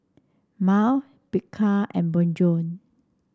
Mile Bika and Bonjour